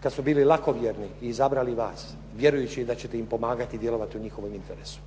kad su bili lakovjerni i izabrali vas vjerujući da ćete im pomagati djelovati u njihovom interesu.